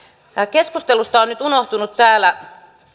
keskustelusta on nyt unohtunut täällä